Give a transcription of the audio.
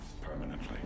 permanently